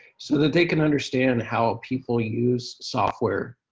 so that they can understand how people use software